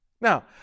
Now